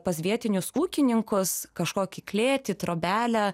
pas vietinius ūkininkus kažkokį klėtį trobelę